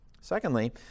Secondly